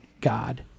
God